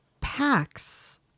packs